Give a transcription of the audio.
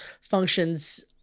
functions